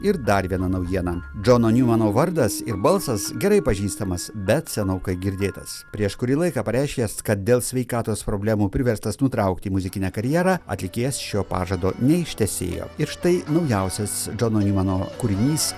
ir dar viena naujiena džno njumano vardas ir balsas gerai pažįstamas bet senokai girdėtas prieš kurį laiką pareiškęs kad dėl sveikatos problemų priverstas nutraukti muzikinę karjerą atlikėjas šio pažado neištesėjo ir štai naujausias džono njumano kūrinys